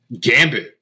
Gambit